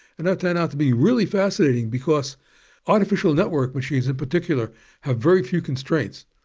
and that turned out to be really fascinating, because artificial network machines in particular have very few constraints.